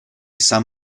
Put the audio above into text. san